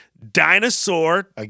dinosaur